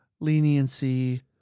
leniency